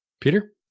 Peter